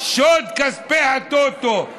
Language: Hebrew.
שוד כספי הטוטו,